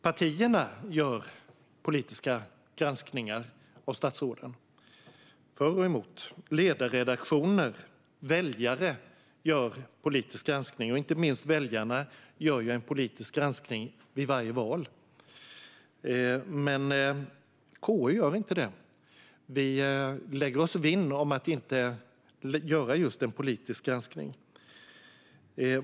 Partierna gör politiska granskningar av statsråden för och emot, och ledarredaktioner och väljare gör en politisk granskning. Inte minst väljarna gör detta vid varje val. Men KU gör inte det. Vi lägger oss vinn om att inte göra en politisk granskning.